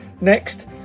Next